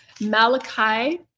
Malachi